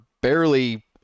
barely